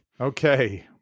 Okay